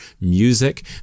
music